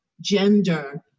gender